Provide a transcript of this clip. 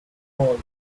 world